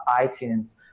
iTunes